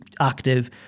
active